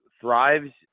thrives